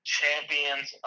champions